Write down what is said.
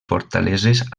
fortaleses